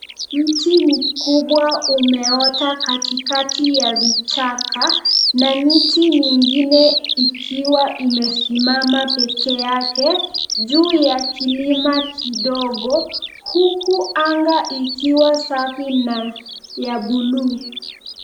Mti mkubwa umeota katikati ya vichaka na miti mingine ikiwa imesimama peke yake juu ya kilima kidogo huku anga ikiwa safi na ya buluu.